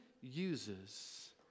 uses